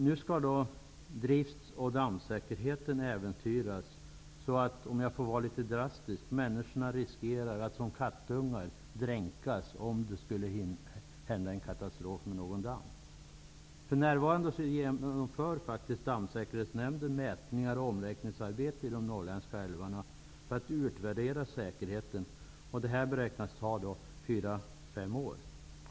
Nu skall drift och dammsäkerheten äventyras, så att, om jag får vara litet drastisk, människorna riskerar att dränkas som kattungar om en katastrof skulle inträffa i någon damm. Dammsäkerhetsnämnden mätningar och omräkningsarbete i de norrländska älvarna för att utvärdera säkerheten. Detta beräknas ta fyra fem år.